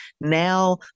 now